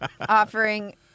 Offering